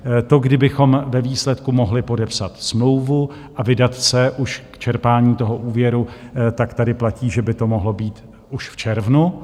To, kdybychom ve výsledku mohli podepsat smlouvu a vydat se už k čerpání úvěru, tak tady platí, že by to mohlo být už v červnu.